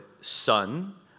son